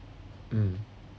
mm